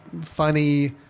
funny